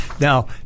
now